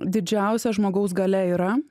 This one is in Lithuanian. didžiausia žmogaus galia yra